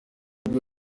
ubwo